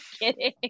kidding